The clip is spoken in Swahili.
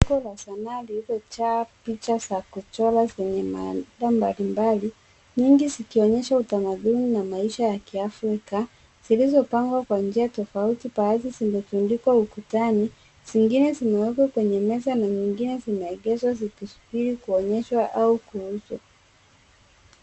Mfuko la sanaa lililojaa picha za kuchora zenye maandiko mbalimbali, nyingi zikionyesha utamaduni na maisha ya kiafrika zilizopangwa kwa njia tofauti baadhi zimetundikwa ukutani. Zingine zimewekwa kwenye meza na mingine zimeegezwa zikisubiri kuonyeshwa au kuuzwa.